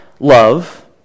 love